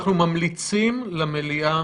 אנחנו ממליצים למליאה